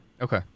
Okay